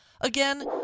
again